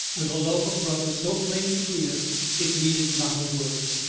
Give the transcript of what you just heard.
with the love of brothers so plain between us it needed not a word.